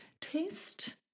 taste